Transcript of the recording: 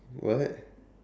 what